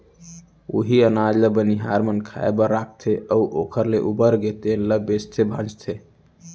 उहीं अनाज ल बनिहार मन खाए बर राखथे अउ ओखर ले उबरगे तेन ल बेचथे भांजथे